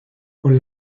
con